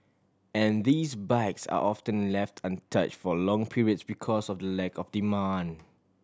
and these bikes are often left untouch for long periods because of the lack of demand